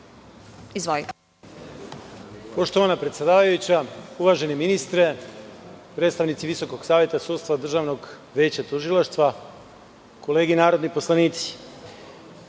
Jovanović** Poštovana predsedavajuća, uvaženi ministre, predstavnici Visokog saveta sudstva i Državnog veća tužilaštva, kolege narodni poslanici,